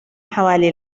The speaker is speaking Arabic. حوالي